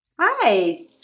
Hi